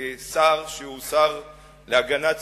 כשר שהוא שר להגנת הסביבה,